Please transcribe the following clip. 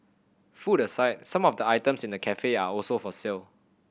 food aside some of the items in the cafe are also for sale